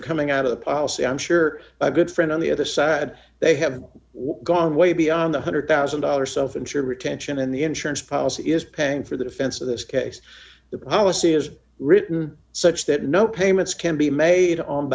are coming out of the policy i'm sure a good friend on the other side they have gone way beyond the one hundred thousand dollars self insured retention and the insurance policy is paying for the defense of this case the policy is written such that no payments can be made on